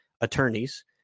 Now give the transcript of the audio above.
attorneys